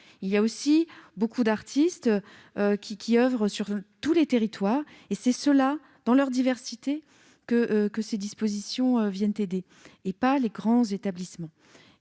il y a aussi beaucoup d'artistes qui oeuvrent sur tous les territoires. Ce sont ceux-là, dans leur diversité, que ces dispositions viennent aider, et pas les grands établissements.